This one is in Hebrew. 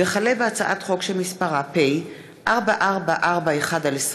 הצעת חוק הפעלת תחבורה ציבורית מצומצמת ביום המנוחה